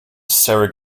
sarah